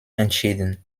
entschieden